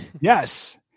Yes